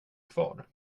kvar